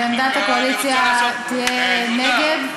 ועמדת הקואליציה תהיה נגד.